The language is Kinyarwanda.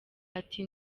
ati